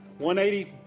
180